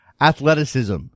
athleticism